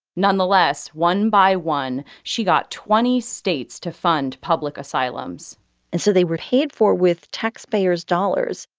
nonetheless, one by one, she got twenty states to fund public asylums and so they were paid for with taxpayers' dollars,